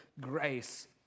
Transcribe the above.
grace